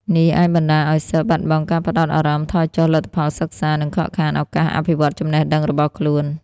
នេះអាចបណ្ដាលឱ្យសិស្សបាត់បង់ការផ្ដោតអារម្មណ៍ ថយចុះលទ្ធផលសិក្សា និងខកខានឱកាសអភិវឌ្ឍចំណេះដឹងរបស់ខ្លួន។